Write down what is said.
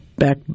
back